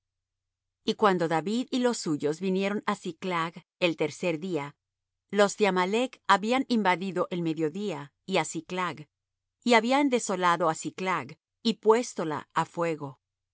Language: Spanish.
y cuando david y los suyos vinieron á siclag el tercer día los de amalec habían invadido el mediodía y á siclag y habían desolado á siclag y puéstola á fuego